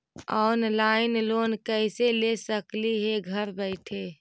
Online loan कैसे ले सकली हे घर बैठे?